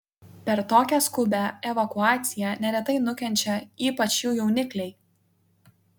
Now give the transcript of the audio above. per tokią skubią evakuaciją neretai nukenčia ypač jų jaunikliai